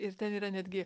ir ten yra netgi